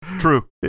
True